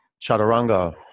Chaturanga